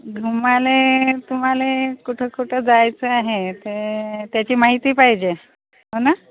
घुमाले तुम्हाला कुठं कुठं जायचं आहे ते त्याची माहिती पाहिजे हो ना